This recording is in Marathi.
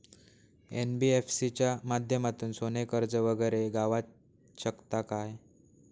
एन.बी.एफ.सी च्या माध्यमातून सोने कर्ज वगैरे गावात शकता काय?